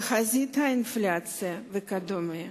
תחזית האינפלציה וכדומה.